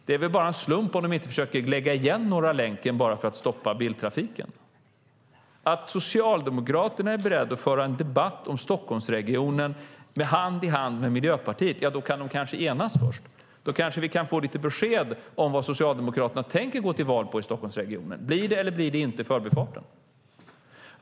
Det är väl bara en slump om de inte försöker stänga Norra länken för att stoppa biltrafiken. Om Socialdemokraterna är beredda att föra en debatt om Stockholmsregionen hand i hand med Miljöpartiet kanske de kan enas först. Då kanske vi kan få lite besked om vad Socialdemokraterna tänker gå till val på i Stockholmsregionen. Blir det eller blir det inte Förbifarten?